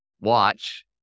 watch